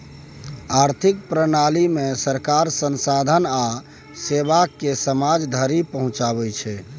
आर्थिक प्रणालीमे सरकार संसाधन आ सेवाकेँ समाज धरि पहुंचाबै छै